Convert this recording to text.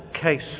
case